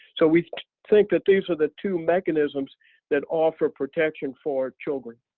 so we think that these are the two mechanisms that offer protection for children.